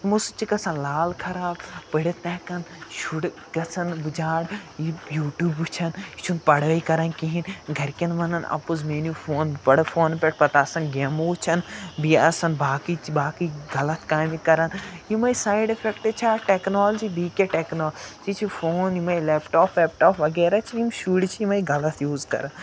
یِمَو سۭتۍ چھِ گژھان لال خراب پٔرِتھ نہٕ ہٮ۪کان شُر گژھان بِچار یہِ یوٗٹیوٗب وٕچھان یہِ چھُنہٕ پڑٲے کران کہیٖنۍ گرِکٮ۪ن ونان اَپُز مےٚ أنیُو فون بہٕ پرٕ فون پٮ۪ٹھ پتہٕ آسان گیمہٕ وٕچھان بیٚیہِ آسان باقٕے باقٕے غلط کامہِ کران یِمَے سایڈ اِفیکٹہٕ چھِ اَتھ ٹیکنالجی بیٚیہِ کیاہ ٹیکنا فون یِمَے لیپٹاپ ویپٹاپ وغیرہ چھِ یِم شُرۍ چھِ یِمے غلط یوٗز کران